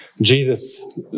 Jesus